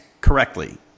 correctly